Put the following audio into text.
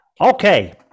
Okay